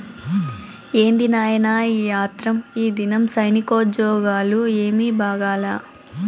ఏంది నాయినా ఈ ఆత్రం, ఈదినం సైనికోజ్జోగాలు ఏమీ బాగాలా